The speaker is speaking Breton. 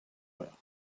eur